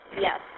yes